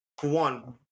one